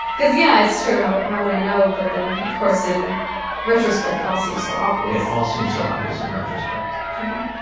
cause yeah, it's true, how would i know? but then of course in retrospect it all seems so obvious. it all seems so obvious in retrospect. yeah.